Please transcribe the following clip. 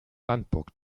sandburg